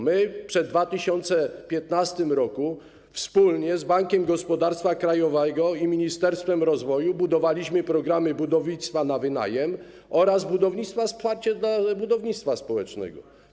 My przed 2015 r. wspólnie z Bankiem Gospodarstwa Krajowego i ministerstwem rozwoju budowaliśmy programy budownictwa na wynajem oraz wsparcie dla budownictwa społecznego.